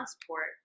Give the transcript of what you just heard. support